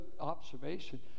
observation